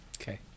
Okay